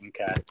Okay